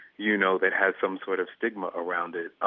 you know, that has some sort of stigma around it.